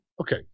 Okay